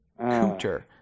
Cooter